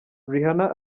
rihanna